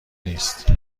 نیست